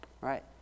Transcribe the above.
right